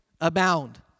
abound